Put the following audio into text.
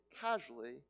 casually